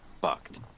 fucked